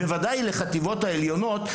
בוודאי עבור החטיבות העליונות.